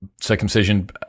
circumcision